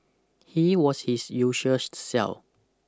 he was his usual self